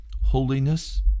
holiness